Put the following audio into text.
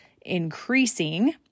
increasing